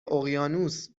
اقیانوس